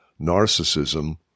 narcissism